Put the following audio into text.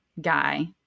guy